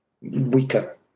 weaker